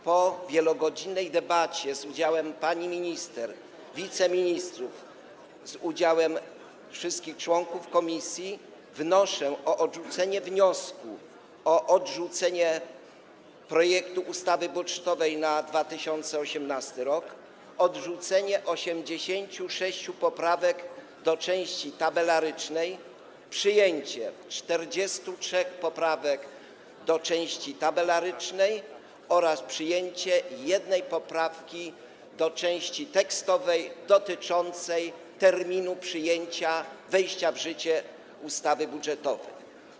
Po wielogodzinnej debacie z udziałem pani minister, wiceministrów, z udziałem wszystkich członków komisji wnoszę o odrzucenie wniosku o odrzucenie projektu ustawy budżetowej na 2018 r., odrzucenie 86 poprawek do części tabelarycznej, przyjęcie 43 poprawek do części tabelarycznej oraz przyjęcie jednej poprawki do części tekstowej, dotyczącej terminu wejścia w życie ustawy budżetowej.